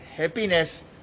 happiness